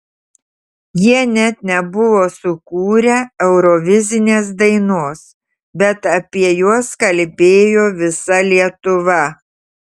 jie net nebuvo sukūrę eurovizinės dainos bet apie juos kalbėjo visa lietuva